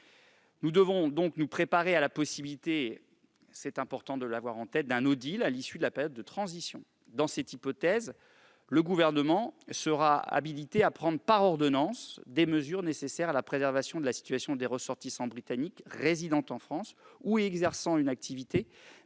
Nous devons nous préparer à la possibilité d'un- il est important de l'avoir en tête -à l'issue de la période de transition. Dans cette hypothèse, le Gouvernement sera habilité à prendre par ordonnances des mesures nécessaires à la préservation de la situation des ressortissants britanniques résidant en France ou exerçant une activité,